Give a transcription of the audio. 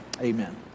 Amen